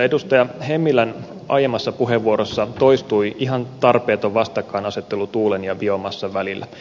edustaja hemmilän aiemmassa puheenvuorossa toistui ihan tarpeeton vastakkainasettelu tuulen ja biomassan välillä